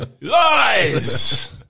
Lies